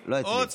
הקמפיין,